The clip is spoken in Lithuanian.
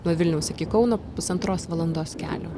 nuo vilniaus iki kauno pusantros valandos kelio